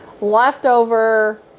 Leftover